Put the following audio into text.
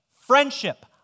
friendship